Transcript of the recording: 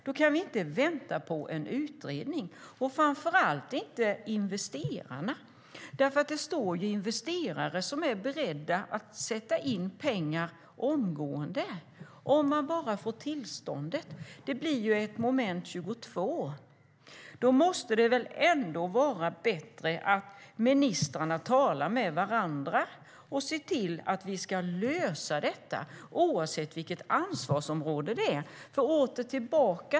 Vi kan inte vänta på en utredning - framför allt inte investerarna. Det står ju investerare beredda att sätta in pengar omgående om man bara får tillståndet. Det blir ett moment 22. Det måste väl ändå vara bättre att ministrarna talar med varandra och ser till att lösa detta oavsett vems ansvarsområde det är.